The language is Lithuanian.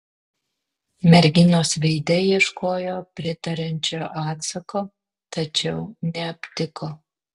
merginos veide ieškojo pritariančio atsako tačiau neaptiko